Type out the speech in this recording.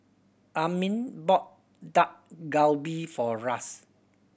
Armin bought Dak Galbi for Ras